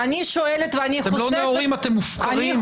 אתם לא נאורים, אתם מופקרים.